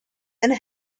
and